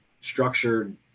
structured